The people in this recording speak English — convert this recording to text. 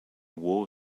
war